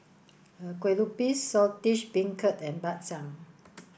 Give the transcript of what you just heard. Kueh Lupis Saltish Beancurd and Bak Chang